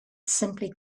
simply